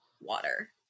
water